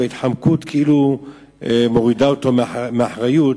וההתחמקות כאילו מורידה ממנו את האחריות.